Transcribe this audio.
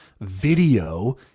Video